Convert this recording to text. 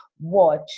watch